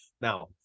Now